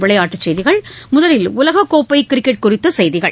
விளையாட்டுச் செய்திகள் முதலில் உலக் கோப்பை கிரிக்கெட் குறித்த செய்திகள்